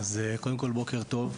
קודם כל בוקר טוב.